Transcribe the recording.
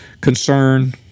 concern